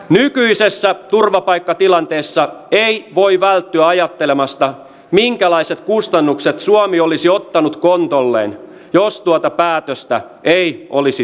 nykyisessä turvapaikkatilanteessa ei voi välttyä ajattelemasta minkälaiset kustannukset suomi olisi ottanut kontolleen jos tuota päätöstä ei olisi tehty